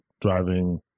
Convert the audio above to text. driving